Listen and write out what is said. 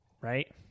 right